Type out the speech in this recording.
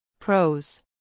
Pros